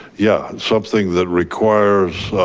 yeah, something that requires